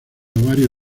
ovario